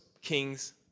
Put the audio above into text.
kings